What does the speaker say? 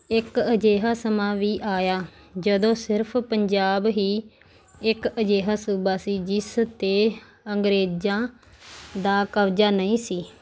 ਇੱਕ ਅਜਿਹਾ ਸਮਾਂ ਵੀ ਆਇਆ ਜਦੋਂ ਸਿਰਫ ਪੰਜਾਬ ਹੀ ਇੱਕ ਅਜਿਹਾ ਸੂਬਾ ਸੀ ਜਿਸ 'ਤੇ ਅੰਗਰੇਜ਼ਾਂ ਦਾ ਕਬਜ਼ਾ ਨਹੀਂ ਸੀ